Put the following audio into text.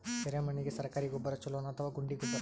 ಎರೆಮಣ್ ಗೆ ಸರ್ಕಾರಿ ಗೊಬ್ಬರ ಛೂಲೊ ನಾ ಅಥವಾ ಗುಂಡಿ ಗೊಬ್ಬರ?